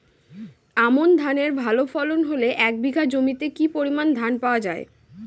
আমন ধানের ভালো ফলন হলে এক বিঘা জমিতে কি পরিমান ধান পাওয়া যায়?